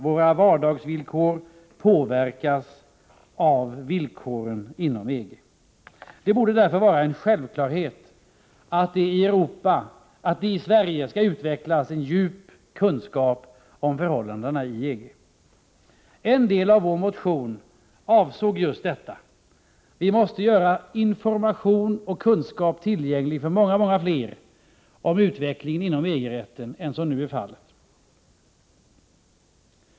Våra vardagsvillkor påverkas av villkoren inom EG. Det borde därför vara en självklarhet att det i Sverige skall utvecklas en djup kunskap om förhållandena i EG. En del av vår motion avsåg just detta. Vi måste göra information och kunskap om utvecklingen inom EG-rätten tillgängliga för många fler än vad som nu är fallet.